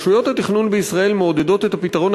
רשויות התכנון בישראל מעודדות את הפתרון